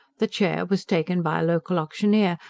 the chair was taken by a local auctioneer,